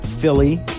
Philly